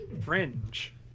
Fringe